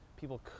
people